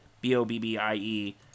B-O-B-B-I-E